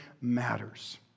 matters